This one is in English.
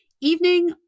evening